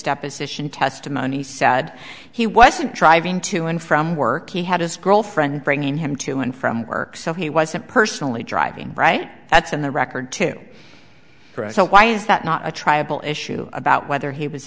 deposition testimony sad he wasn't driving to and from work he had his girlfriend bringing him to and from work so he wasn't personally driving right that's in the record too so why is that not a triable issue about whether he was